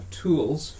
tools